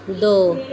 ਦੋ